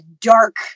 dark